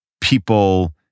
people